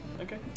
Okay